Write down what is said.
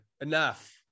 enough